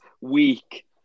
week